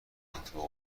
اتفاق